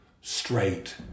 straight